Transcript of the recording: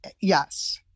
Yes